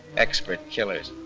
expert killers,